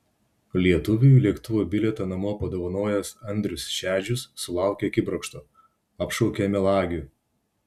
lietuviui lėktuvo bilietą namo padovanojęs andrius šedžius sulaukė akibrokšto apšaukė melagiu